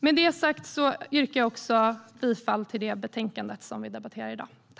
Med detta sagt yrkar jag bifall till förslaget i betänkandet.